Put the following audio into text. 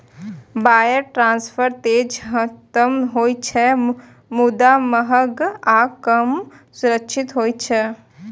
wire transfer तेज तं होइ छै, मुदा महग आ कम सुरक्षित होइ छै